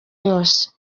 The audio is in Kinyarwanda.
yose